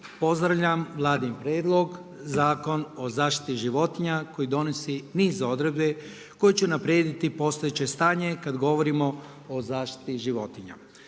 pozdravljam Vladin prijedlog Zakon o zaštiti životinja koji donosi niz odredbi koji će unaprijediti postojeće stanje kada govorimo o zaštiti životinja.